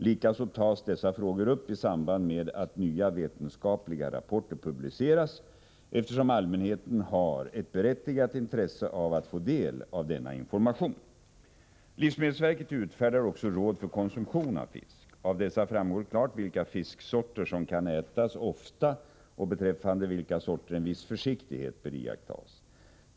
Likaså tas dessa frågor upp i samband med att nya vetenskapliga rapporter publiceras, eftersom allmänheten har ett berättigat intresse av att få del av denna information. Livsmedelsverket utfärdar också råd för konsumtion av fisk. Av dessa framgår klart vilka fisksorter som kan ätas ofta och beträffande vilka sorter en viss försiktighet bör iakttas.